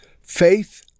faith